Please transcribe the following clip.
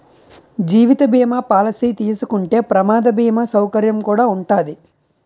జీవిత బీమా పాలసీ తీసుకుంటే ప్రమాద బీమా సౌకర్యం కుడా ఉంటాది